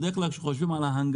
בדרך כלל כשחושבים על הנגשה,